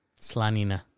slanina